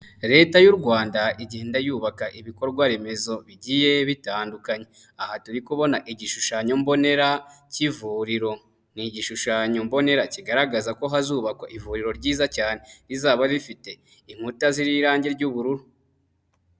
Leta y'u Rwanda igenda yubaka ibikorwa remezo bigiye bitandukanye, aha turi kubona igishushanyo mbonera cy'ivuriro, ni igishushanyobonera kigaragaza ko hazubakwa ivuriro ryiza cyane rizaba rifite inkuta zriho irangi ry'ubururu.